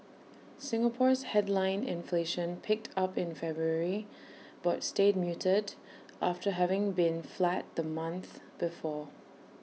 Singapore's headline inflation picked up in February but stayed muted after having been flat the month before